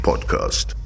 Podcast